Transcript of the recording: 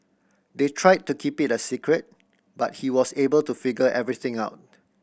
they tried to keep it a secret but he was able to figure everything out